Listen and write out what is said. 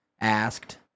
asked